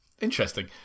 interesting